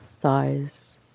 thighs